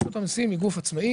רשות המיסים היא גוף עצמאי,